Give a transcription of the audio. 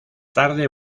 tarde